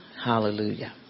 Hallelujah